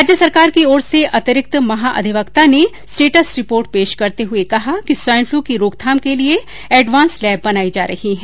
राज्य सरकार की ओर से अतिरिक्त महाअधिवक्ता ने स्टेटस रिपोर्ट पेश करते हुए कहा कि स्वाइन फ्लू की रोकथाम के लिए एडवांस लैब बनाई जा रही है